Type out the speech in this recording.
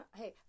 hey